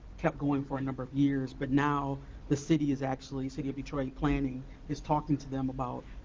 kept going for a number of years, but now the city is actually. city of detroit planning is talking to them about,